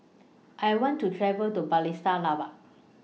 I want to travel to Bratislava